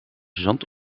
zand